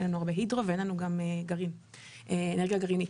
אין לנו הרבה הידרו ואין לנו גם אנרגיה גרעינית,